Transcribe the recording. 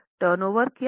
turnover क्या होगा